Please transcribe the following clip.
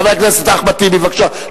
חבר הכנסת אחמד טיבי, בבקשה.